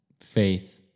faith